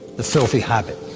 the filthy habit,